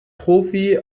profi